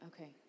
Okay